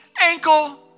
ankle